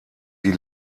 die